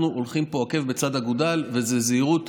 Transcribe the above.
אנחנו הולכים פה עקב בצד אגודל, וזו זהירות,